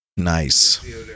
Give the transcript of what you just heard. nice